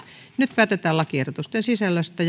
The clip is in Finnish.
nyt päätetään lakiehdotusten sisällöstä